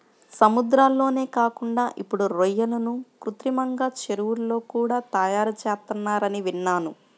సముద్రాల్లోనే కాకుండా ఇప్పుడు రొయ్యలను కృత్రిమంగా చెరువుల్లో కూడా తయారుచేత్తన్నారని విన్నాను